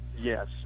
Yes